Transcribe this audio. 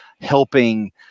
helping